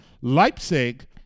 Leipzig